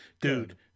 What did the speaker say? dude